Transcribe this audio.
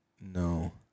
No